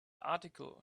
article